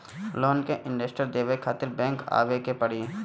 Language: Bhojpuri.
लोन के इन्टरेस्ट देवे खातिर बैंक आवे के पड़ी?